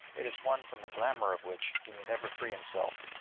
it is one from the glamour of which he may never free himself,